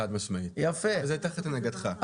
חד משמעית, אם זה תחת הנהגתך.